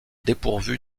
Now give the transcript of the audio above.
dépourvu